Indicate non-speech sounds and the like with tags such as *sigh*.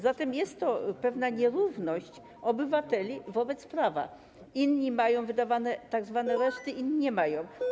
Zatem jest to pewna nierówność obywateli wobec prawa: jedni mają wydawane tzw. reszty, *noise* inni nie mają.